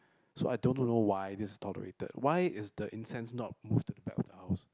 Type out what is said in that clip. so I don't know why this is tolerated why is the incense not move to the back of the house